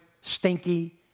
stinky